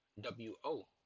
W-O